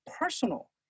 personal